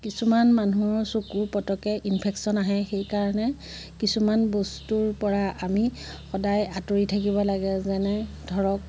কিছুমান মানুহৰ চকুৰ পটককৈ ইনফেকশ্যন আহে সেইকাৰণে কিছুমান বস্তুৰ পৰা আমি সদায় আঁতৰি থাকিব লাগে যেনে ধৰক